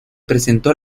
presentó